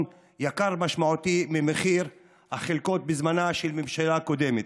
יקר משמעותית ממחיר החלקות בזמנה של הממשלה הקודמת.